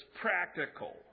practical